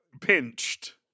pinched